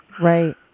Right